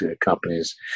companies